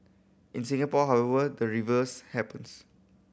in Singapore however the reverse happens